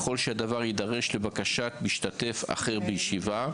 לבקשת משתתף אחר בישיבה,